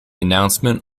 announcement